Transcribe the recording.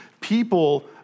people